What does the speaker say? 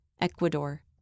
Ecuador